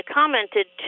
commented